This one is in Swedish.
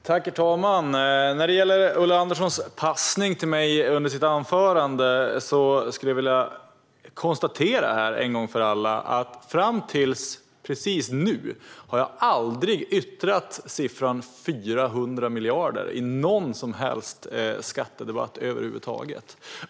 Herr talman! När det gäller Ulla Anderssons passning till mig under anförandet skulle jag vilja konstatera en gång för alla att fram till precis nu har jag aldrig yttrat siffran 400 miljarder i någon som helst skattedebatt över huvud taget.